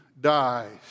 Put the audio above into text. dies